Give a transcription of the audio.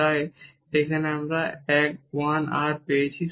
তাই আমরা সেখানে 1 r পেয়েছি